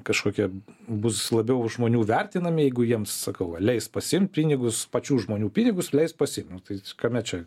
kažkokie bus labiau žmonių vertinami jeigu jiems sakau va leis pasiimt pinigus pačių žmonių pinigus leis pasiimt nu tai kame čia